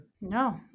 No